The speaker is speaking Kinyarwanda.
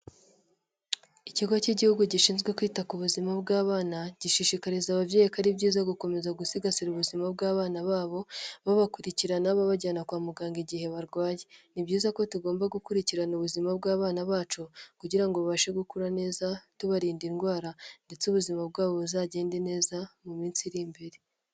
Ikigo cy'igihugu gishinzwe kwita ku buzima bw'abana gishishikariza ababyeyi ko ari byiza gukomeza gusigasira ubuzima bw'abana babo, babakurikirana babajyana kwa muganga igihe barwaye, ni byiza ko tugomba gukurikirana ubuzima bw'abana bacu kugira ngo babashe gukura neza tubarinda indwara ndetse ubuzima bwabo buzagende neza mu minsi iri imbere.